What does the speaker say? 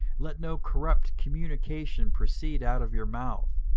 let no corrupt communication proceed out of your mouth,